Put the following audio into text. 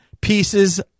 pieces